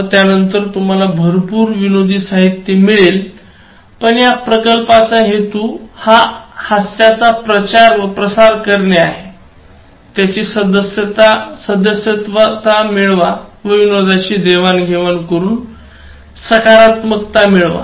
व त्यानंतर तुम्हाला भरपूर विनोदी साहित्य मिळेल पण या प्रकल्पाचा हेतू हा हास्याचा प्रचार व प्रसार करणे आहे त्याची सदस्यता मिळवा व विनोदाची देवाणघेवाण करून सकारात्मकता मिळवा